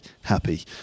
happy